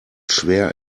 schwer